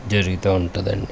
జరుగుతూ ఉంటుంది అండి